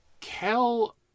Kel